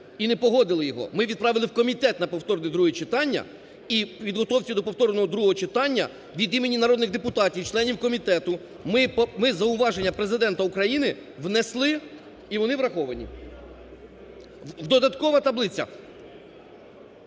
і не погодили його, ми відправили в комітет на повторне друге читання. І в підготовці до повторного другого читання від імені народних депутатів – членів комітету ми зауваження Президента України внесли, і вони враховані. Додаткова таблиця.